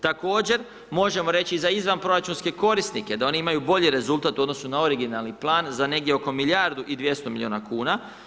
Također možemo reći za izvanproračunske korisnike da oni imaju bolji rezultat u odnosu na originalni plan za negdje oko milijardu i 200 milijuna kuna.